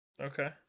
Okay